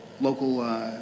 local